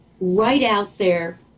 right-out-there